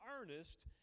earnest